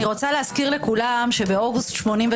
אני רוצה להזכיר לכולם שבאוגוסט 1983,